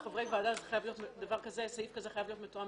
סעיף כזה חייב להיות מתואם